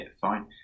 Fine